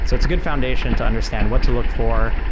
so it's a good foundation to understand what to look for,